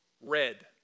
red